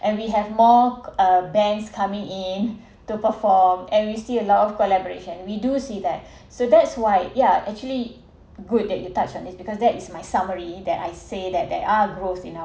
and we have more uh bands coming in to perform and we see a lot of collaboration we do see that so that's why yeah actually good that you touch on this because that is my summary that I say that there are growth you know